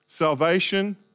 Salvation